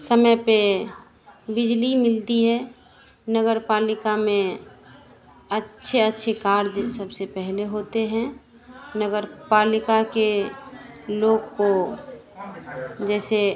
समय पर बिजली मिलती है नगर पालिका में अच्छे अच्छे कार्ज सबसे पहले होते हैं नगर पालिका के लोग को जैसे